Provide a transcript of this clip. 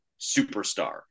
superstar